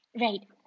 Right